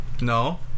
No